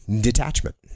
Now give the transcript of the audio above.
detachment